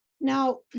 Now